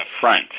front